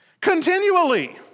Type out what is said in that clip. continually